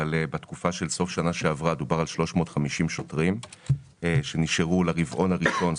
אבל בתקופה של סוף שנה שעברה דובר על 350 שוטרים שנשארו לרבעון הראשון.